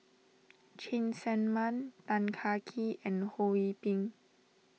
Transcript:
Cheng Tsang Man Tan Kah Kee and Ho Yee Ping